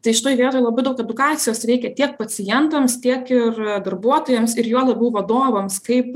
tai šitoj vietoj labai daug edukacijos reikia tiek pacientams tiek ir darbuotojams ir juo labiau vadovams kaip